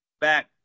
back